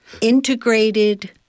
Integrated